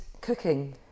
cooking